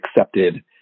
accepted